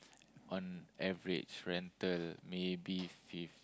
on average rental maybe fif~